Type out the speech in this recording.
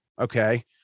Okay